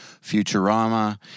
Futurama